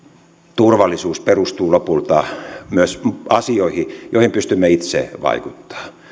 turvallisuus perustuu lopulta myös asioihin joihin pystymme itse vaikuttamaan